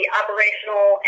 operational